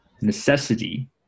necessity